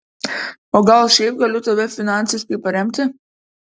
o gal šiaip galiu tave finansiškai paremti